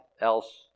else